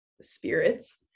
spirits